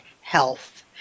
Health